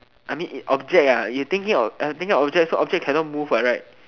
I mean object ah you thinking of uh thinking of object so object cannot move what right